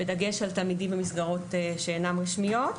בדגש על תלמידים במסגרות שאינן רשמיות.